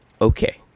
okay